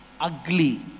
ugly